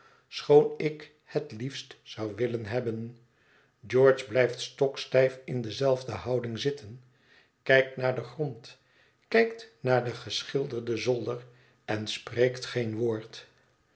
schoon ik het liefst zou willen hebben george blijft stokstijf in dezelfde houding zitten kijkt naar den grond kijkt naar den geschilderden zolder en spreekt geen woord